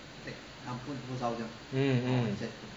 mm mm